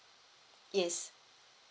yes